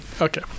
Okay